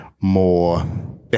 more